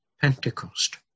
Pentecost